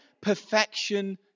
perfection